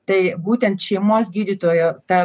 tai būtent šeimos gydytojo ta